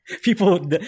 people